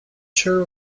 chair